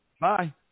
Bye